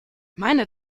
meine